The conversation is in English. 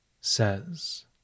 says